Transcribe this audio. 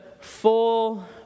full